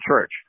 church